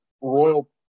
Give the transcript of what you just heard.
royal